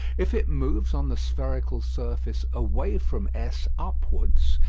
if it moves on the spherical surface away from s upwards,